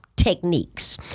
Techniques